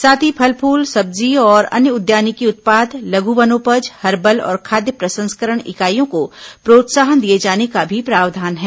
साथ ही फल फूल सब्जी और अन्य उद्यानिकी उत्पाद लघ् वनोपज हर्बल और खाद्य प्रसंस्करण इकाईयों को प्रोत्साहन दिए जाने का भी प्रावधान है